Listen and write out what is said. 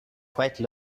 quite